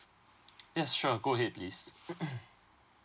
yes sure go ahead please